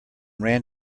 ran